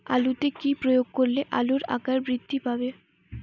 আলুতে কি প্রয়োগ করলে আলুর আকার বৃদ্ধি পাবে?